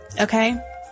Okay